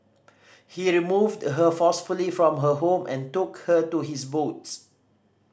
he removed her forcefully from her home and took her to his boats